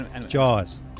Jaws